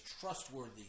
trustworthy